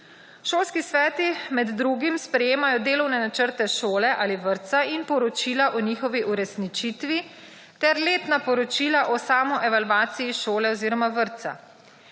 Šolski sveti med drugim sprejemajo delovne načrte šole ali vrtca in poročila o njihovi uresničitvi ter letna poročila o samoevalvaciji šole oziroma vrtca.